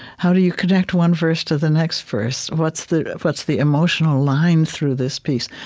how do you connect one verse to the next verse? what's the what's the emotional line through this piece?